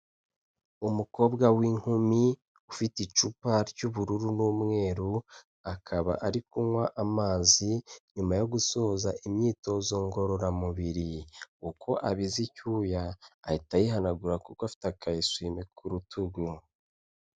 Umukobwa w'inkumi ufite icupa ry'ubururu n'umweru, akaba ari kunywa amazi nyuma yo gusoza imyitozo ngororamubiri, uko abize icyuya ahita yihanagura kuko afite akayeswime ku rutugu.